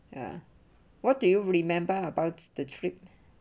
ya what do you remember about the trip